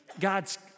God's